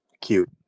cute